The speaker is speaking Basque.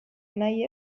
nahi